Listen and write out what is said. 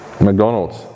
McDonald's